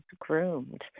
groomed